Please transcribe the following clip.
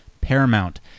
paramount